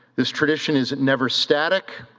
this tradition is never static,